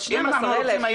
אז 12,000. לא,